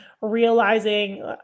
realizing